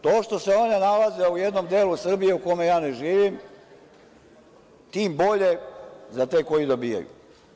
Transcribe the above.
To što se one nalaze u jednom delu Srbije u kome ja ne živim tim bolje za te koji dobijaju.